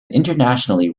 internationally